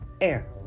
air